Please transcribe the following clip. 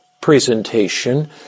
presentation